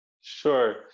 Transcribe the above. Sure